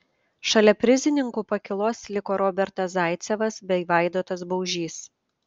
šalia prizininkų pakylos liko robertas zaicevas bei vaidotas baužys